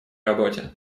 работе